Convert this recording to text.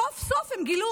סוף-סוף הם גילו